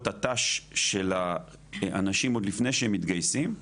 הת"ש של האנשים עוד לפני שהם מתגייסים,